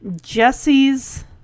Jesse's